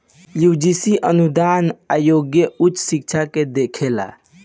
UGC अनुदान आयोग उच्च शिक्षा के देखेला